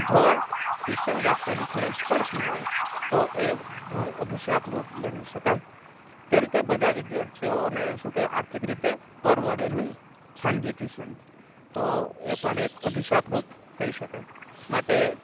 જો ટ્યુશન રાખવાની ફરજ પડતી હોય તો એ ઘણું અભિષાપ રોગ ગણી શકાય કેમ કે બધા વિદ્યાર્થીઓને શું કહેવાય આર્થિક રીતે પરવડે નહીં ખાનગી ટ્યુશન તો એ પણ એક અભિશાપ રૂપ કહી શકાય માટે